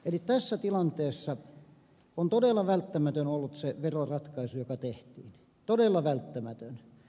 eli tässä tilanteessa on todella välttämätön ollut se veroratkaisu joka tehtiin todella välttämätön